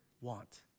want